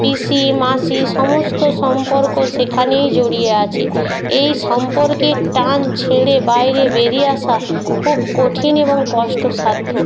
পিসি মাসি সমস্ত সম্পর্ক সেখানেই জড়িয়ে আছে এই সম্পর্কের টান ছেড়ে বাইরে বেরিয়ে আসা খুব কঠিন এবং কষ্টসাধ্য